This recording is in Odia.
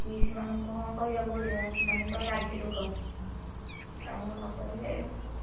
ପିଇସୀମାନଙ୍କୁ ହଁ କହିବାକୁ ପଡ଼ିବ ସେମାନେ ତ ରାଗି ଲୋକ ତାଙ୍କୁ ନ କହିଲେ